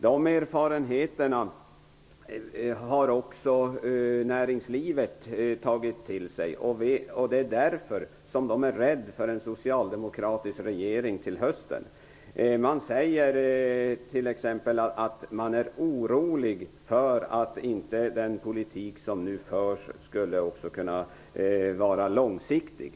De erfarenheterna har också näringslivet tagit till sig. Det är därför som man är rädd för en socialdemokratisk regering till hösten. Man säger t.ex. att man är orolig för att den politik som nu förs inte skulle kunna vara långsiktig.